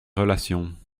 relations